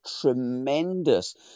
tremendous